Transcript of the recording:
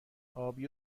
آبی